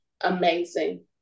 amazing